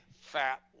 fat